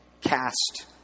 cast